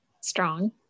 Strong